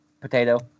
potato